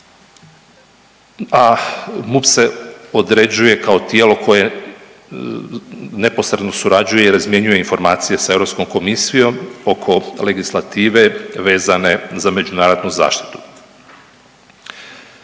a MUP se određuje kao tijelo koje neposredno surađuje i razmjenjuje informacije sa Europskom komisijom oko legislative vezane za međunarodnu zaštitu.